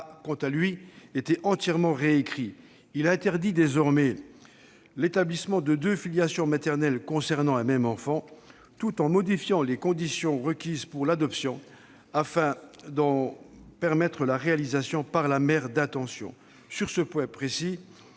quant à lui, été entièrement récrit. Il interdit désormais l'établissement de deux filiations maternelles concernant un même enfant tout en modifiant les conditions requises pour l'adoption, afin d'en permettre la réalisation par la mère d'intention. Sur ce point précis,